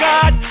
God